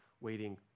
waiting